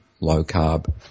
low-carb